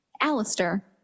Alistair